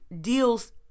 deals